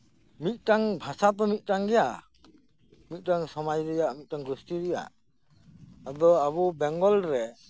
ᱢᱤᱫᱴᱟᱝ ᱵᱷᱟᱥᱟ ᱫᱚ ᱢᱤᱫᱴᱟᱝ ᱜᱮᱭᱟ ᱢᱤᱫᱴᱟᱝ ᱥᱚᱢᱟᱡ ᱨᱮᱭᱟᱜ ᱢᱤᱫᱴᱟᱝ ᱜᱚᱥᱴᱤᱨᱮᱭᱟᱜ ᱟᱫᱚ ᱟᱵᱚ ᱵᱮᱝᱜᱚᱞ ᱨᱮ